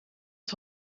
uit